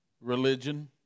religion